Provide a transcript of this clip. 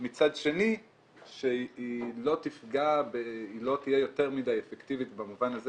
מצד שני שהיא לא תהיה יותר מדי אפקטיבית במובן הזה